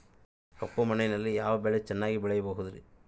ಕಪ್ಪು ಮಣ್ಣಿನಲ್ಲಿ ಯಾವ ಬೆಳೆ ಚೆನ್ನಾಗಿ ಬೆಳೆಯಬಹುದ್ರಿ?